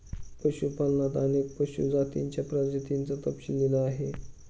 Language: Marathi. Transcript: पशुपालनात अनेक पशु जातींच्या प्रजातींचा तपशील दिला आहे